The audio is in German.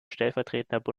stellvertretender